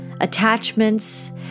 attachments